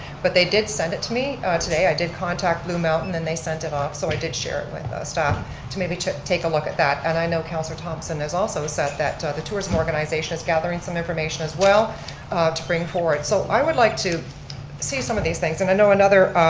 but they did send it to me today, i did contact blue mountain and they sent it off. so i did share it with staff to maybe take a look at that. and i know councilor thomson has also said that the tourism organization is gathering some information as well to bring forward. so i would like to see some of these things. and i know another